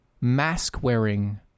mask-wearing